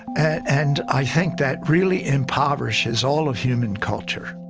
and i think that really impoverishes all of human culture